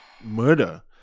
murder